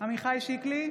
עמיחי שיקלי,